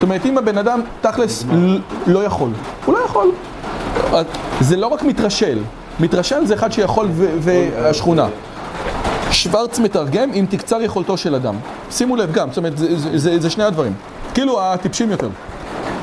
זאת אומרת, אם הבן אדם תכלס, לא יכול, הוא לא יכול זה לא רק מתרשל, מתרשל זה אחד שיכול והשכונה שוורץ מתרגם אם תקצר יכולתו של אדם שימו לב גם, זאת אומרת, זה שני הדברים כאילו, הטיפשים יותר